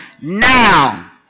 now